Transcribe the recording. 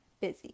busy